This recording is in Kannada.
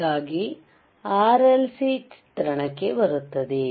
ಹೀಗಾಗಿ RLC ಚಿತ್ರಣಕ್ಕೆ ಬರುತ್ತದೆ